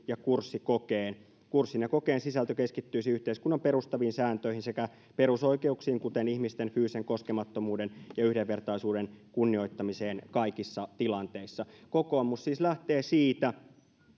ja kurssikokeen kurssin ja kokeen sisältö keskittyisi yhteiskunnan perustaviin sääntöihin sekä perusoikeuksien kuten ihmisten fyysisen koskemattomuuden ja yhdenvertaisuuden kunnioittamiseen kaikissa tilanteissa kokoomus siis lähtee siitä